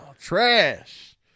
trash